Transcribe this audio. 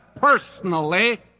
personally